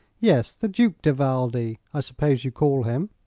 yes the duke di valdi, i suppose you call him.